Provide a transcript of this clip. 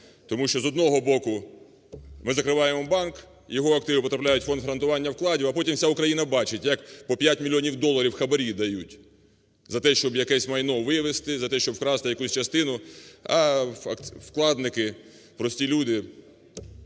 тому що, з одного боку, ми закриваємо банк, його активи потрапляють у Фонд гарантування вкладів, а потім вся Україна бачить, як по 5 мільйонів доларів хабарі дають за те, щоб якесь майно вивезти, за те, щоб вкрасти якусь частину, а вкладники, прості люди,